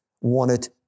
wanted